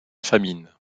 famine